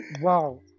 wow